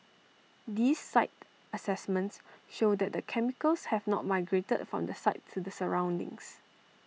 these site assessments show that the chemicals have not migrated from the site to the surroundings